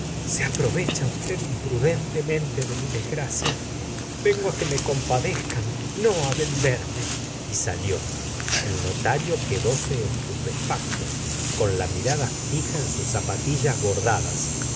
se aprovecha usted imprudentemente de mi desgracia vengo á que me compadezcan no á ven derme y salió el notario quedóse estupefacto con la mirada fi ja en sus zapatillas bordadas